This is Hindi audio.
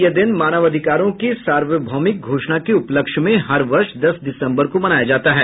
यह दिन मानवाधिकारों की सार्वभौमिक घोषणा के उपलक्ष्य में हर वर्ष दस दिसंबर को मनाया जाता है